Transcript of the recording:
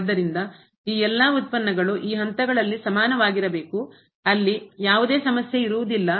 ಆದ್ದರಿಂದ ಈ ಎಲ್ಲಾ ಉತ್ಪನ್ನಗಳು ಈ ಹಂತಗಳಲ್ಲಿ ಸಮಾನವಾಗಿರಬೇಕು ಅಲ್ಲಿ ಯಾವುದೇ ಸಮಸ್ಯೆ ಇರುವುದಿಲ್ಲ